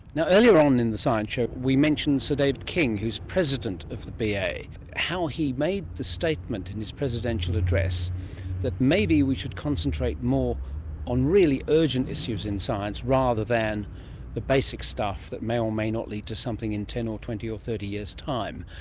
yeah earlier on in the science show we mentioned sir david king who is president of the ba, how he made the statement in his presidential address that maybe we should concentrate more on really urgent issues in science rather than the basic stuff that may or may not lead to something in ten or twenty or thirty years time.